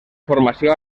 formació